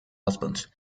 husband